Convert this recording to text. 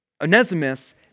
Onesimus